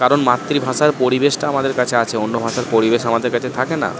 কারণ মাতৃভাষার পরিবেশটা আমাদের কাছে আছে অন্য ভাষার পরিবেশ আমাদের কাছে থাকে না